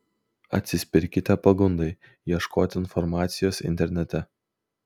atsispirkite pagundai ieškoti informacijos internete